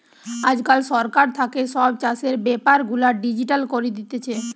আজকাল সরকার থাকে সব চাষের বেপার গুলা ডিজিটাল করি দিতেছে